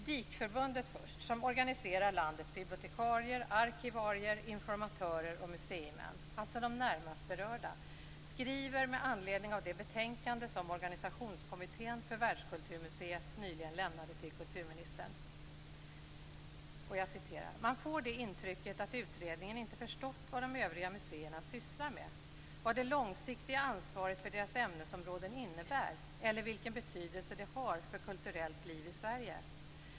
DIK-förbundet som organiserar landets bibliotekarier, arkivarier, informatörer och museimän, alltså de närmast berörda, skriver med anledning av det betänkande som Organisationskommittén för Världskulturmuseet nyligen lämnade till kulturministern: Man får det intrycket att utredningen inte förstått vad de övriga museerna sysslar med, vad det långsiktiga ansvaret för deras ämnesområden innebär, eller vilken betydelse det har för kulturellt liv i Sverige.